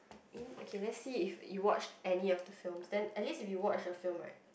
okay let's see if you watched any of the films then at least if you watched the film right